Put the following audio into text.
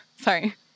sorry